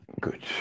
good